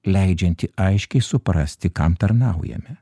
leidžianti aiškiai suprasti kam tarnaujame